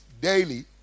daily